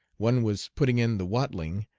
one was putting in the watling,